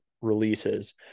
releases